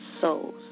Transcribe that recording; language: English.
souls